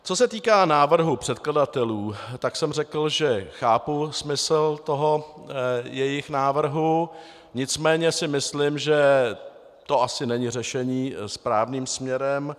Co se týká návrhu předkladatelů, tak jsem řekl, že chápu smysl toho jejich návrhu, nicméně si myslím, že to asi není řešení správným směrem.